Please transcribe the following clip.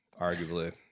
arguably